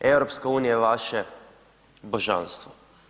EU je vaše božanstvo.